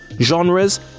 genres